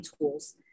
tools